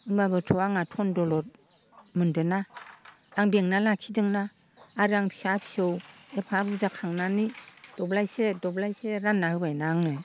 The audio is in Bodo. होमब्लाबोथ' आंहा धोन दौलद मोन्दोना आं बेंना लाखिदोंना आरो आं फिसा फिसौ एफा बुरजा खांनानै दब्लायसे दब्लायसे रानना होबायना आङो